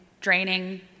draining